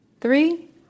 Three